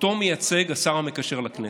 אותו מייצג השר המקשר לכנסת.